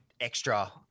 extra